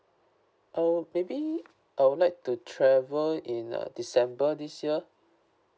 uh maybe I would like to travel in uh december this year